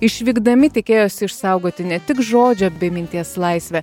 išvykdami tikėjosi išsaugoti ne tik žodžio bei minties laisvę